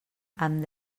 amb